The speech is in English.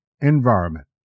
environment